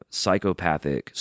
psychopathic